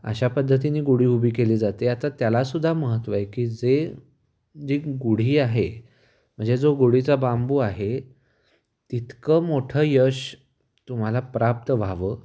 अशा पद्धतीनी गुढी उभी केली जाते आता त्यालासुद्धा महत्त्व आहे की जे जी गुढी आहे म्हणजे जो गुढीचा बांबू आहे तितकं मोठं यश तुम्हाला प्राप्त व्हावं